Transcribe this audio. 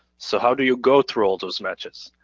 so how do you go through all those matches?